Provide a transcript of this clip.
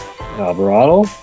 Alvarado